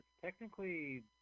technically